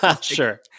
sure